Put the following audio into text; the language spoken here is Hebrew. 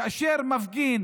כאשר מפגין